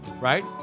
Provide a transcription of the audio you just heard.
right